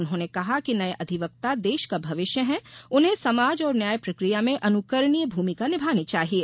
उन्होंने कहा कि नये अधिवक्ता देश का भविष्य हैं उन्हें समाज और न्याय प्रकिया में अनुकरणिय भूमिका निभानी चाहिये